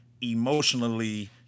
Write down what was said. emotionally